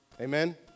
Amen